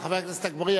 חבר הכנסת אגבאריה,